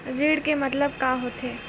ऋण के मतलब का होथे?